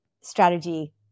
strategy